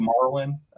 Marlin